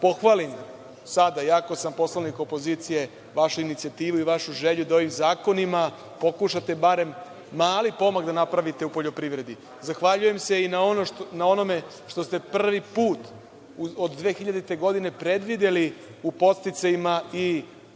pohvalim, iako sam poslanik opozicije, vašu inicijativu i vašu želju da ovim zakonima pokušate da barem mali pomak da napravite u poljoprivredi. Zahvaljujem se i na onome što ste prvi put od 2000. godine predvideli u podsticajima i ljude